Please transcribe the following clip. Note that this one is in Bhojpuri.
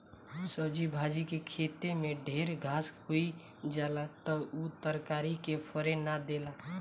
सब्जी भाजी के खेते में ढेर घास होई जाला त उ तरकारी के फरे ना देला